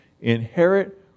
inherit